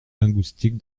linguistique